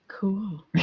Cool